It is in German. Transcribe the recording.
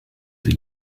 sie